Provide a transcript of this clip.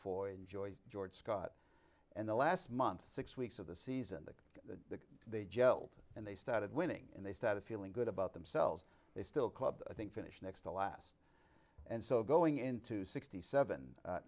for enjoy george scott and the last month six weeks of the season that the jelled and they started winning and they started feeling good about themselves they still club i think finished next to last and so going into sixty seven